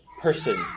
person